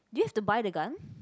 do you have to buy the gun